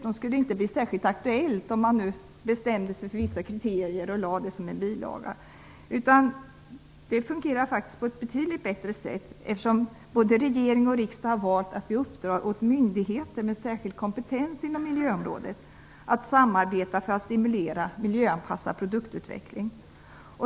Det skulle dessutom inte bli särskilt aktuellt, om man bestämde sig för att lägga med vissa kriterier i en bilaga. Det fungerar för närvarande på ett betydligt bättre sätt, eftersom både regering och riksdag har valt att ge uppdrag åt myndigheter med särskild kompetens inom miljöområdet att samarbeta för att stimulera miljöanpassad produktutveckling.